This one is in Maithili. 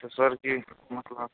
तऽ सर की मतलब